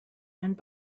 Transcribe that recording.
and